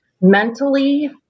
mentally